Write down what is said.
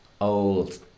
old